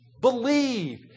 believe